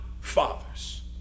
fathers